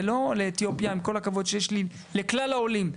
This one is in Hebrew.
זה לא לאתיופיה, עם כל הכבוד שיש לי לכלל העולם,